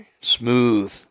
smooth